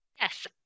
Yes